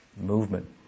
movement